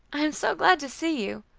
i am so glad to see you.